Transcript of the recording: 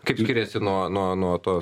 kaip skiriasi nuo nuo to